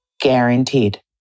Guaranteed